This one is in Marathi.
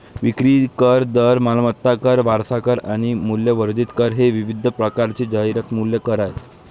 विक्री कर, दर, मालमत्ता कर, वारसा कर आणि मूल्यवर्धित कर हे विविध प्रकारचे जाहिरात मूल्य कर आहेत